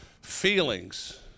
Feelings